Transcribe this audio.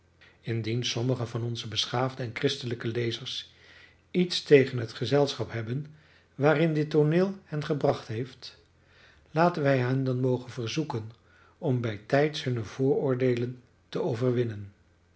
indien sommige van onze beschaafde en christelijke lezers iets tegen het gezelschap hebben waarin dit tooneel hen gebracht heeft laten wij hen dan mogen verzoeken om bijtijds hunne vooroordeelen te overwinnen